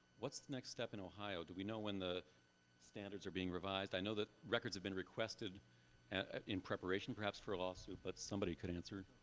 what's the next step in ohio? do we know when the standards are being revised? i know that records have been requested in preparation, perhaps for a lawsuit? but somebody could answer it.